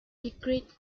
decreed